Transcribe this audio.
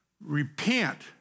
Repent